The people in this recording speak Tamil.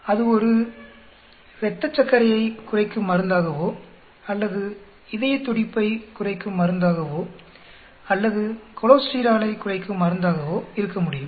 அது ஒரு இரத்தச்சக்கரையை குறைக்கும் மருந்தாகவோ அல்லது இதயத்துடிப்பை குறைக்கும் மருந்தாகவோ அல்லது கொலோஸ்டீராலைக் குறைக்கும் மருந்தாகவோ இருக்க முடியும்